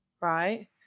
right